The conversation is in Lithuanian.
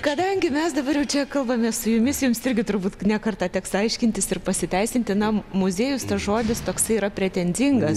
kadangi mes dabar jau čia kalbame su jumis jums irgi turbūt ne kartą teks aiškintis ir pasiteisinti na muziejus tas žodis toksai yra pretenzingas